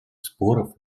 споров